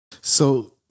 So-